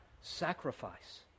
sacrifice